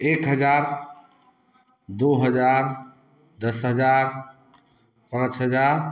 एक हज़ार दो हज़ार दस हज़ार पाँच हज़ार